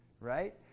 Right